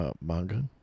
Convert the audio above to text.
manga